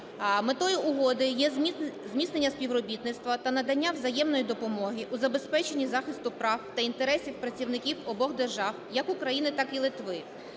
Метою угоди є зміцнення співробітництва та надання взаємної допомоги у забезпеченні захисту прав та інтересів працівників обох держав – як України, так і Литви.